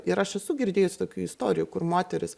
ir aš esu girdėjusi tokių istorijų kur moteris